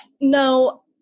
No